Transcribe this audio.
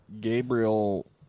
Gabriel